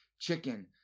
chicken